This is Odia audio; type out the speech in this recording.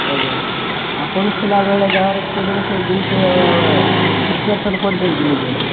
ଆଜ୍ଞା ଆପଣ ଥିଲା ବେଳେ ଗାଁରେ କେବଳ ସେ ଜିନିଷ ପ୍ରିପାରେସନ୍ କରିଛନ୍ତି ନିଜେ